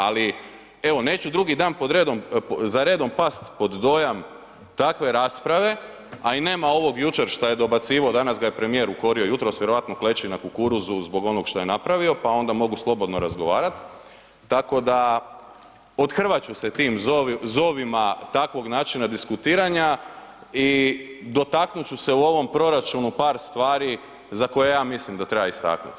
Ali neću evo drugi dan za redom past pod dojam takve rasprave, a i nema ovog jučer šta je dobacivao, danas ga je premijer ukorio, jutros vjerojatno kleči na kukuruzu zbog onoga što je napravio pa onda mogu slobodno razgovarati, tako da othrvat ću se tim zovima takvim načinu diskutiranja i dotaknut ću se u ovom proračunu par stvari za koje ja mislim da treba istaknuti.